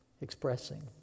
expressing